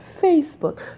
Facebook